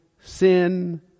sin